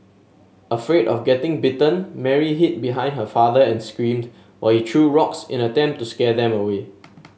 afraid of getting bitten Mary hid behind her father and screamed while he threw rocks in attempt to scare them away